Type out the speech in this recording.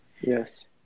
yes